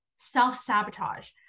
self-sabotage